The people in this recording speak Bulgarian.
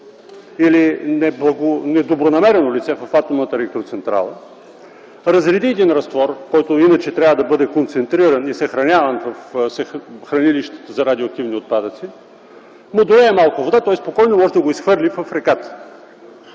или недобронамерено лице в Атомната електроцентрала разреди един разтвор, който иначе трябва да бъде концентриран и съхраняван в хранилището за радиоактивни отпадъци, му долее малко вода, той спокойно може да го изхвърли в реката.